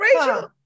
Rachel